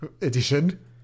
edition